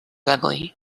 ugly